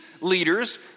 leaders